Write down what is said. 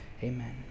Amen